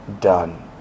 done